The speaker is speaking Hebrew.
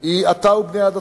היא אתה ובני עדתך,